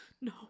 no